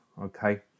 Okay